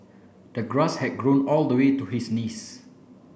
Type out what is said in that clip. the grass had grown all the way to his knees